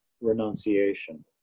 renunciation